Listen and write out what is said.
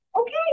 Okay